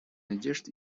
надежд